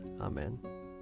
Amen